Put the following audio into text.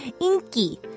Inky